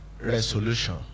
Resolution